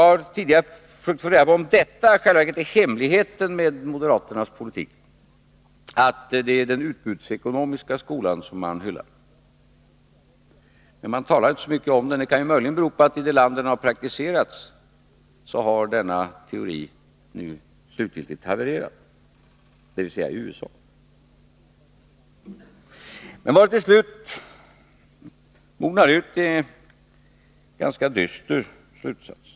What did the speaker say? Är hemligheten bakom moderaternas politik egentligen den att man hyllar den utbudsekonomiska skolan? Man talar inte så mycket om saken, men detta kan möjligen bero på att teorin slutgiltigt havererat i det land där den har tillämpats, dvs. i USA. Detta mognar till slut i en ganska dyster slutsats.